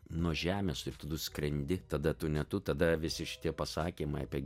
nuo žemės ir tu skrendi tada tu ne tu tada visi šitie pasakymai apie